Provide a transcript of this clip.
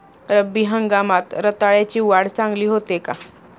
रब्बी हंगामात रताळ्याची वाढ चांगली होते का?